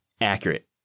accurate